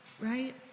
right